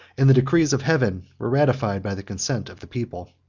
and the decrees of heaven ratified by the consent of the people.